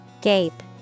Gape